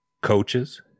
coaches